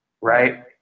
right